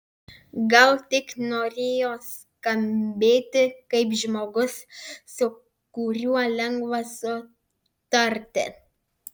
gal tik norėjo skambėti kaip žmogus su kuriuo lengva sutarti